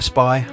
Spy